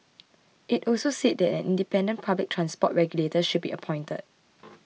it also said that an independent public transport regulator should be appointed